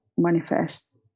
manifest